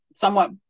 somewhat